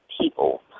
people